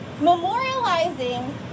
Memorializing